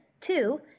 two